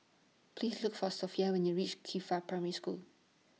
Please Look For Sophia when YOU REACH Qifa Primary School